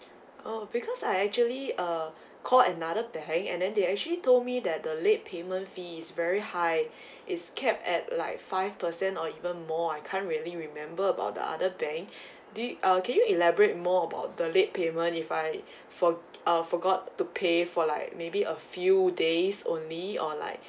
oh because I actually uh call another bank and then they actually told me that the late payment fee is very high it's capped at like five percent or even more I can't really remember about the other bank do you err can you elaborate more about the late payment if I for ah forgot to pay for like maybe a few days only or like